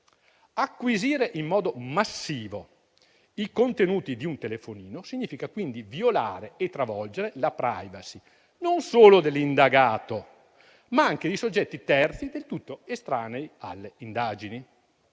Acquisire in modo massivo i contenuti di un telefonino significa quindi violare e travolgere la *privacy* non solo dell'indagato, ma anche di soggetti terzi del tutto estranei alle indagini.